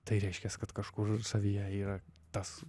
tai reiškias kad kažkur savyje yra tas